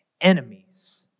enemies